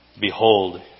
Behold